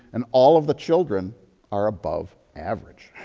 and all of the children are above average.